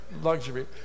luxury